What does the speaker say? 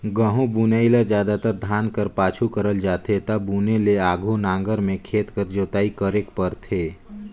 गहूँ बुनई ल जादातर धान कर पाछू करल जाथे ता बुने ले आघु नांगर में खेत कर जोताई करेक परथे